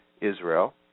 Israel